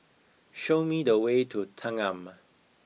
show me the way to Thanggam